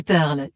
Pearl